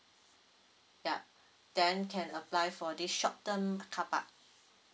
yup then can apply for this short term carpark